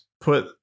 put